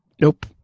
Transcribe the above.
Nope